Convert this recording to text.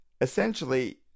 essentially